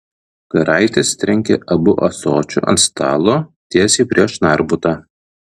karaitis trenkė abu ąsočiu ant stalo tiesiai prieš narbutą